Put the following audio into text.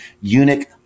eunuch